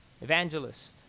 evangelist